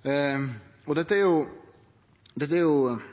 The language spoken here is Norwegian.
Kva består desse forskjellane i? Er